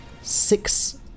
six